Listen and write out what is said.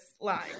line